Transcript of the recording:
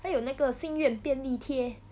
还有那个心愿便利贴